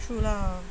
true lah